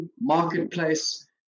marketplace